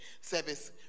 service